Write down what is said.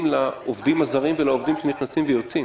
לעובדים הזרים ולעובדים שנכנסים ויוצאים